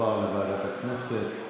אוקיי, יועבר לוועדת הכנסת.